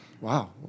Wow